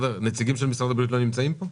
נציגים של משרד הבריאות לא נמצאים פה?